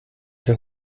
der